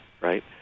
right